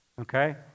okay